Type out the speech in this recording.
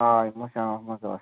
آے